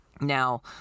Now